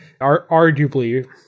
arguably